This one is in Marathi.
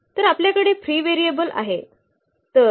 तर आपल्याकडे फ्री व्हेरिएबल आहे